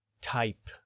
type